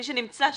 מי שנמצא שם.